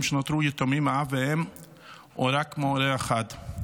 שנותרו יתומים מאב ואם או רק מהורה אחד.